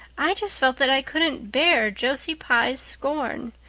i just felt that i couldn't bear josie pye's scorn.